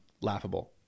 laughable